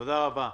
תודה רבה.